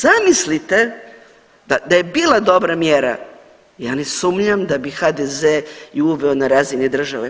Zamislite da je bila dobra mjera ja ne sumnjam da bi je HDZ uveo na razini države.